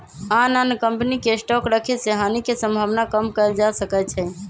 आन आन कम्पनी के स्टॉक रखे से हानि के सम्भावना कम कएल जा सकै छइ